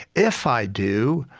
if i do,